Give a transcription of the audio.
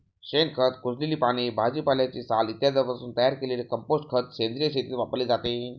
शेणखत, कुजलेली पाने, भाजीपाल्याची साल इत्यादींपासून तयार केलेले कंपोस्ट खत सेंद्रिय शेतीत वापरले जाते